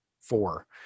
four